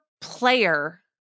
player